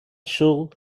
should